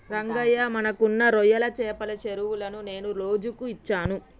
రంగయ్య మనకున్న రొయ్యల చెపల చెరువులను నేను లోజుకు ఇచ్చాను